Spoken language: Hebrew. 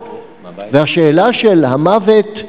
והשאלה של המוות,